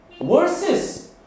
versus